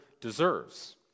deserves